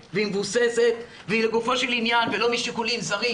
ומבוססת והיא לגופו של עניין ולא משיקולים זרים,